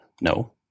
No